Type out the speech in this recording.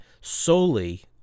solely